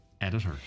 editor